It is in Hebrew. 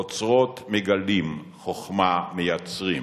אוצרות מגלים, חוכמה מייצרים,